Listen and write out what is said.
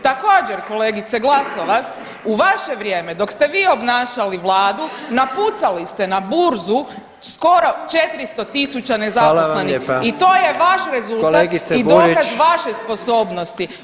Također, kolegice Glasovac u vaše vrijeme dok ste vi obnašali vladu napucali ste na burzu skoro 400.000 nezaposlenih [[Upadica: Hvala vam lijepa.]] i to je vaš rezultat i dokaz [[Upadica: Kolegice Burić.]] vaše sposobnosti.